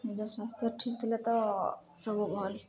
ନିଜର ସ୍ୱାସ୍ଥ୍ୟ ଠିକ୍ ଥିଲେ ତ ସବୁ ଭଲ୍